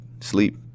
sleep